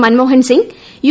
Manmohan Singh U